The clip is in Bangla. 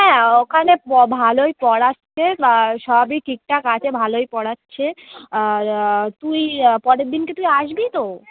হ্যাঁ ওখানে ব ভালোই পড়াচ্ছে বা সবই ঠিকঠাক আছে ভালোই পড়াচ্ছে আর তুই পরের দিনকে তুই আসবি তো